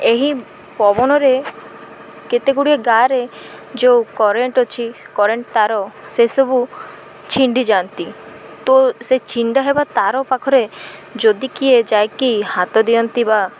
ଏହି ପବନରେ କେତେ ଗୁଡ଼ିଏ ଗାଁରେ ଯେଉଁ କରେଣ୍ଟ ଅଛି କରେଣ୍ଟ ତାର ସେସବୁ ଛିଣ୍ଡି ଯାଆନ୍ତି ତ ସେ ଛିଣ୍ଡା ହେବା ତାର ପାଖରେ ଯଦି କିଏ ଯାଇକି ହାତ ଦିଅନ୍ତି ବା